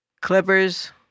Clippers